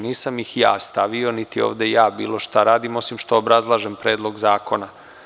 Nisam ih ja stavio niti ovde ja bilo šta radim osim što obrazlažem Predlog zakona.